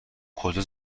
کجا